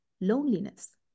loneliness